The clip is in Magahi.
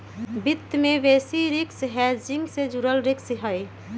वित्त में बेसिस रिस्क हेजिंग से जुड़ल रिस्क हहई